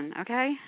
okay